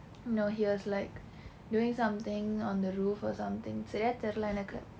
no he was like doing something on the roof or something சரியா தெரியில்ல எனக்கு:sariyaa theriyilla enakku